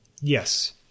yes